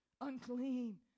unclean